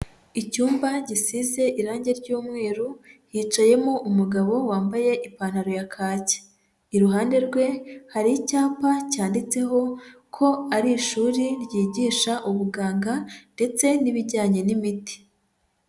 Icyumba gisize irangi ry'umweru, hicayemo umugabo wambaye ipantaro ya kaki, iruhande rwe hari icyapa cyanditseho ko ari ishuri ryigisha ubuganga ndetse n'ibijyanye n'imiti.